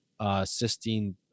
cysteine